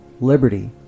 liberty